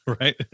right